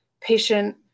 patient